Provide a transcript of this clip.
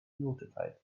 notified